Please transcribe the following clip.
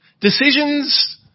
Decisions